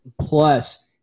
Plus